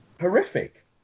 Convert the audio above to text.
horrific